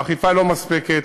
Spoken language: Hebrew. האכיפה לא מספקת.